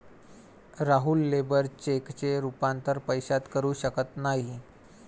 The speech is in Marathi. राहुल लेबर चेकचे रूपांतर पैशात करू शकत नाही